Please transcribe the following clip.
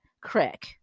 crack